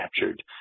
captured